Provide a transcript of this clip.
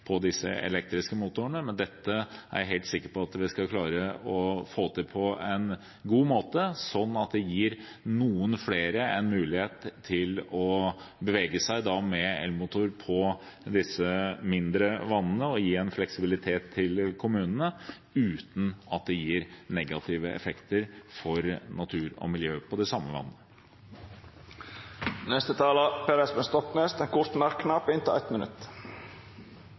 på disse elektriske motorene, men dette er jeg helt sikker på at vi skal klare å få til på en god måte, sånn at det gir noen flere en mulighet til å bevege seg med en elmotor på disse mindre vannene og gir en fleksibilitet til kommunene uten at det gir negative effekter for natur og miljø for det samme vannet. Representanten Per Espen Stoknes har hatt ordet to gonger tidlegare og får ordet til ein kort merknad, avgrensa til 1 minutt.